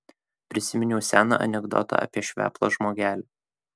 prisiminiau seną anekdotą apie šveplą žmogelį